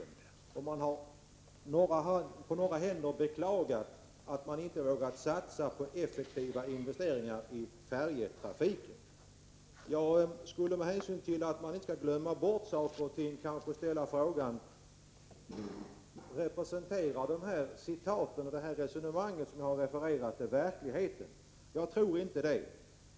På några håll har det beklagats att man inte har vågat satsa på effektiva investeringar i färjetrafiken. Jag vill med hänvisning till detta att ”inte glömma bort saker och ting” ställa frågan: Representerar de citat och resonemang som jag har refererat verkligheten? Jag tror inte det.